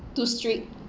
too strict